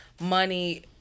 money